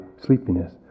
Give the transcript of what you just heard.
sleepiness